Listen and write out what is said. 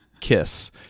Kiss